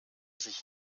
sich